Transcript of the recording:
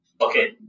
okay